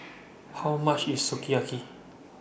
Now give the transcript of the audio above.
How much IS Sukiyaki